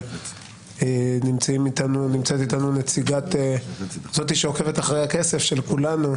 נמצאת איתנו זאת שעוקבת אחרי הכסף של כולנו,